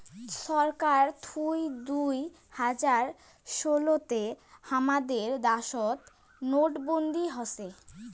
ছরকার থুই দুই হাজার ষোলো তে হামাদের দ্যাশোত নোটবন্দি হসে